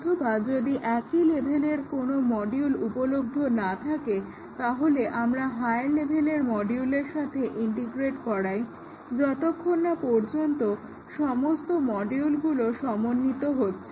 অথবা যদি একই লেভেলের কোনো মডিউল উপলব্ধ না থাকে তাহলে আমরা হায়ার লেভেলের মডিউলের সাথে ইন্টিগ্রেট করাই ইত্যাদি যতক্ষণ না পর্যন্ত সমস্ত মডিউলগুলো সমন্বিত হচ্ছে